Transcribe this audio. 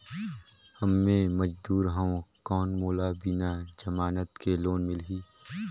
मे मजदूर हवं कौन मोला बिना जमानत के लोन मिलही?